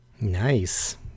Nice